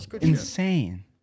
Insane